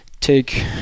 take